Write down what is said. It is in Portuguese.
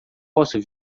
posso